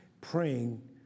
praying